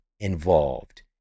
involved